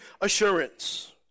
assurance